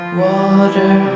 water